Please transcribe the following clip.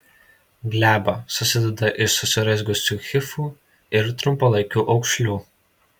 gleba susideda iš susiraizgiusių hifų ir trumpalaikių aukšlių